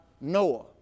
Noah